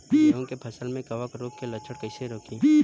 गेहूं के फसल में कवक रोग के लक्षण कईसे रोकी?